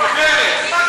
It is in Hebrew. מרצ.